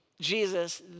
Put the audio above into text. Jesus